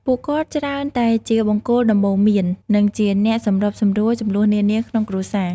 ពួកគាត់ច្រើនតែជា បង្គោលដំបូន្មាន និងជាអ្នកសម្របសម្រួល ជម្លោះនានាក្នុងគ្រួសារ។